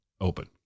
open